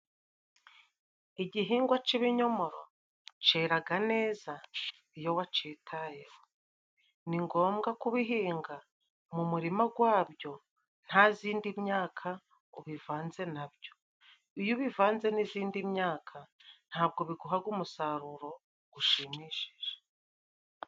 Igihingwa c'ibinyomoro ceraga neza iyo waciyetayeho, ni ngombwa kubihinga mu murima gwabyo nta zindi myaka ubivanze nabyo, iyo ubivanze n'izindi myaka ntabwo biguhaga umusaruro gushimishije.